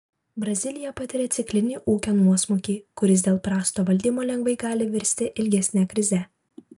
brazilija patiria ciklinį ūkio nuosmukį kuris dėl prasto valdymo lengvai gali virsti ilgesne krize